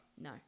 No